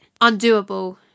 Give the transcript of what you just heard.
undoable